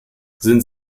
sind